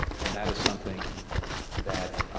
and that is something that